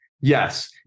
yes